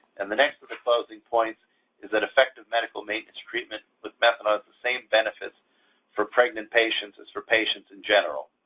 and the next of the closing points is that effective medical maintenance treatment with methadone has the same benefits for pregnant patients as for patients in general.